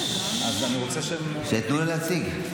תנו לו להציג.